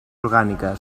orgànica